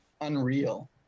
unreal